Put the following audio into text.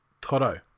Toto